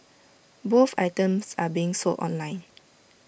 both items are being sold online